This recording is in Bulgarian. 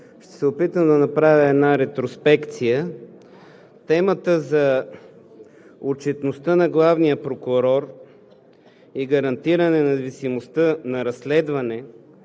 Ще се опитам да направя една ретроспекция. Темата за отчетността на главния прокурор е гарантиране независимостта на разследване